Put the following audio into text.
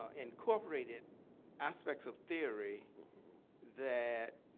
ah incorporated aspects of theory that